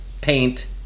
paint